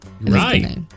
Right